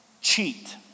cheat